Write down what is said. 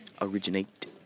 originate